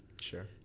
Sure